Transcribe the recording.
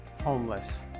homeless